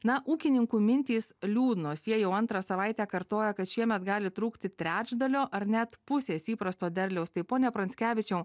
na ūkininkų mintys liūdnos jie jau antrą savaitę kartoja kad šiemet gali trūkti trečdalio ar net pusės įprasto derliaus tai pone pranckevičiau